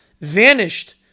vanished